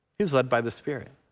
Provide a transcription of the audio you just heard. he was led by the spirit.